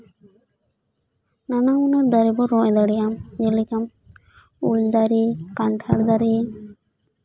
ᱱᱟᱱᱟ ᱦᱩᱱᱟᱹᱨ ᱫᱟᱨᱮ ᱵᱚᱱ ᱨᱚᱦᱚᱭ ᱫᱟᱲᱮᱭᱟᱜᱼᱟ ᱡᱮᱞᱮᱠᱟ ᱩᱞ ᱫᱟᱨᱮ ᱠᱟᱱᱴᱷᱟᱲ ᱫᱟᱨᱮ